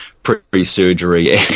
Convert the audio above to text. pre-surgery